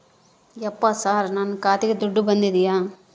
ಯಪ್ಪ ಸರ್ ನನ್ನ ಖಾತೆಗೆ ದುಡ್ಡು ಬಂದಿದೆಯ?